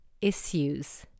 issues